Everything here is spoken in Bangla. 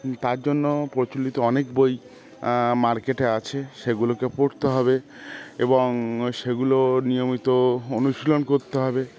তার জন্য প্রচলিত অনেক বই মার্কেটে আছে সেগুলোকে পড়তে হবে এবং সেগুলো নিয়মিত অনুশীলন করতে হবে